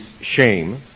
shame